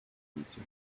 computer